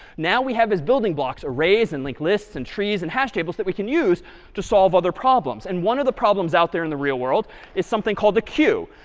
now we have as building blocks arrays and linked lists and trees and hash tables that we can use to solve other problems. and one of the problems out there in the real world is something called a queue.